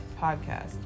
podcast